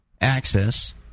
access